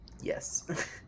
Yes